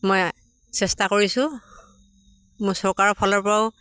মই চেষ্টা কৰিছোঁ মোৰ চৰকাৰৰ ফালৰ পৰাও